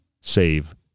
save